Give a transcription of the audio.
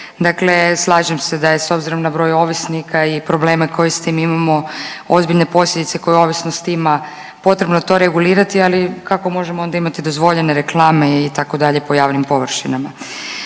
Dakle, slažem se da je s obzirom na broj ovisnika i probleme koji s tim imamo, ozbiljne posljedice koje ovisnost ima, potrebno to regulirati, ali kako možemo imati dozvoljene reklame, itd. po javnim površinama?